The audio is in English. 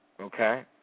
Okay